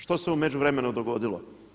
Što se u međuvremenu dogodilo?